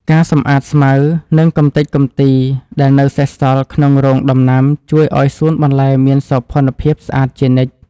ការសម្អាតស្មៅ និងកម្ទេចកំទីដែលនៅសេសសល់ក្នុងរងដំណាំជួយឱ្យសួនបន្លែមានសោភ័ណភាពស្អាតជានិច្ច។